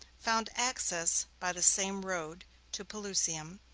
found access by the same road to pelusium,